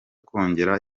kongera